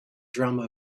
drama